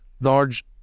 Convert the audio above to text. large